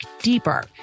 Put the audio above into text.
deeper